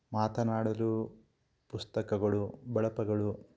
ಮಾತನಾಡಲು ಪುಸ್ತಕಗಳು ಬಳಪಗಳು